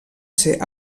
ser